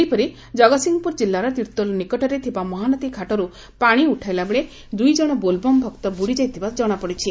ସେହିପରି ଜଗତସିଂହପୁର ଜିଲ୍ଲାର ତିର୍ତ୍ତୋଲ ନିକଟରେ ଥିବା ମହାନଦୀ ଘାଟରୁ ପାଶି ଉଠାଇଲାବେଳେ ଦୁଇଜଶ ବୋଲ୍ବମ୍ ଭକ୍ତ ବୁଡ଼ିଯାଇଥିବା ଜଶାପଡ଼ିଛି